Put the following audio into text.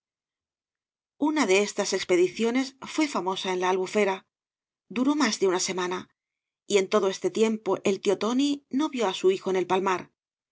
una de estas expediciones fué famosa en la albufera duró más de una semana y en todo este tiempo el tío tóqí no vio á su hijo en el palmar